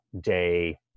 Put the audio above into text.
day